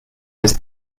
was